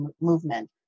movement